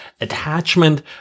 attachment